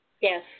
Yes